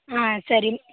ಹಾಂ ಸರಿ